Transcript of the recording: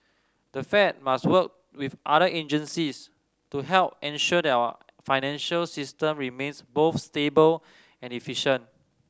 the Fed must work with other agencies to help ensure that our financial system remains both stable and efficient